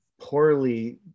poorly